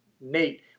Nate